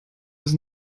bis